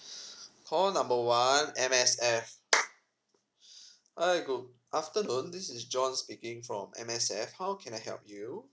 call number one M_S_F hi good afternoon this is john speaking from M_S_F how can I help you